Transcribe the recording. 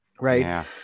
right